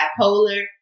bipolar